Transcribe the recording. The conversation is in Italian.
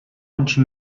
oggi